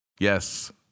yes